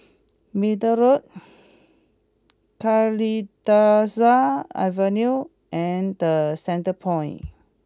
Middle Road Kalidasa Avenue and The Centrepoint